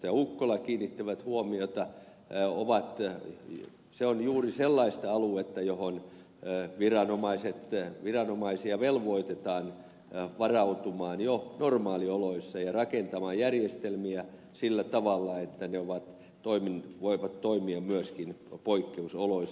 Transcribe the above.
ukkola kiinnittivät huomiota on juuri sellaista aluetta johon viranomaisia velvoitetaan varautumaan jo normaalioloissa ja rakentamaan järjestelmiä sillä tavalla että ne voivat toimia myöskin poikkeusoloissa